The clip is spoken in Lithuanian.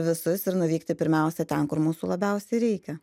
visus ir nuvykti pirmiausia ten kur mūsų labiausiai reikia